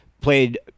played